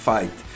Fight